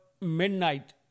midnight